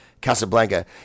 Casablanca